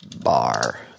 bar